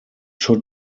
should